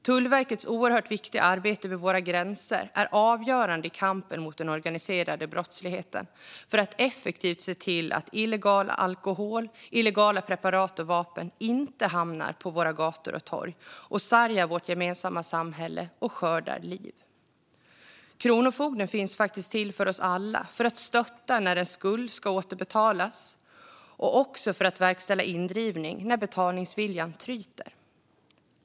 Tullverkets oerhört viktiga arbete vid våra gränser är avgörande i kampen mot den organiserade brottsligheten, för att effektivt se till att illegal alkohol och illegala preparat och vapen inte hamnar på våra gator och torg och sargar vårt gemensamma samhälle och skördar liv. Kronofogden finns faktiskt till för oss alla, för att stötta när en skuld ska återbetalas och också för att verkställa indrivning när betalningsviljan tryter.